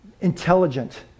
intelligent